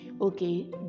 okay